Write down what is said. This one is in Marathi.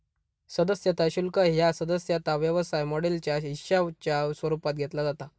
सदस्यता शुल्क ह्या सदस्यता व्यवसाय मॉडेलच्या हिश्शाच्या स्वरूपात घेतला जाता